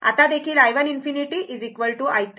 आता देखील i1∞ i3∞